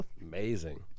Amazing